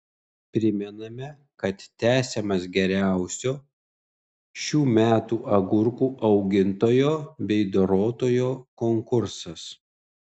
primename kad tęsiamas geriausio šių metų agurkų augintojo bei dorotojo konkursas